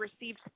received